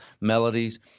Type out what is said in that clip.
melodies